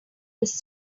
this